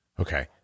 Okay